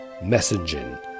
messaging